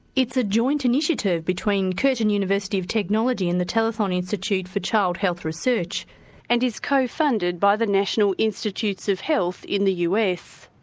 it's a joint initiative between curtin university of technology and the telethon institute for child health research and is co-funded by the national institutes of health in the us.